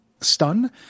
stun